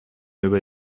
über